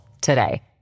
today